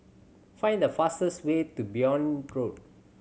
find the fastest way to Benoi Road